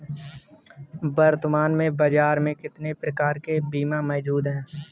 वर्तमान में बाज़ार में कितने प्रकार के बीमा मौजूद हैं?